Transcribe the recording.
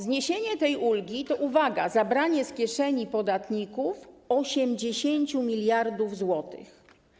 Zniesienie tej ulgi to - uwaga - zabranie z kieszeni podatników 80 mld zł.